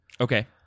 Okay